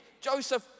Joseph